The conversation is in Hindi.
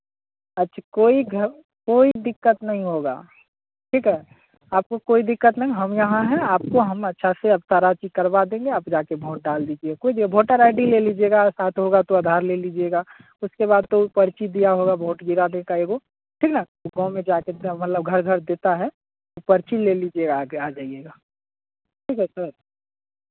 अच्छा कोई घर कोई दिक्कत नहीं होगा ठीक है आपको कोई दिक्कत नहीं हम यहाँ हैं आपको हम अच्छा से अब सारा चीज़ करवा देंगे आप जा कर वोट डाल दीजिए कोई जरूरी वोटर आई डी ले लीजिएगा साथ होगा तो आधार ले लीजिएगा उसके बाद तो वो पर्ची दिया होगा वोट गिराने का एगो ठीक है ना ओ गाँव में जा कर मतलब घर घर देता है वो पर्ची ले लीजिए आ कर आ जाइएगा ठीक है सर